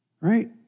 Right